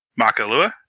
Makalua